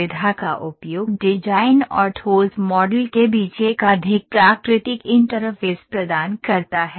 सुविधा का उपयोग डिजाइन और ठोस मॉडल के बीच एक अधिक प्राकृतिक इंटरफ़ेस प्रदान करता है